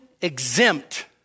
exempt